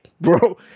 bro